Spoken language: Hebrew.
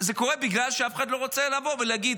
זה קורה בגלל שאף אחד לא רוצה לבוא ולהגיד,